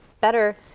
better